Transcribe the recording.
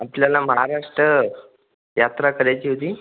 आपल्याला महाराष्ट्र यात्रा करायची होती